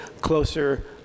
closer